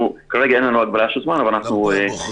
כרגע אין לנו הגבלה של זמן אבל אנחנו ------ בעתיד